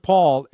Paul